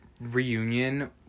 reunion